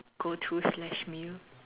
go to slash meal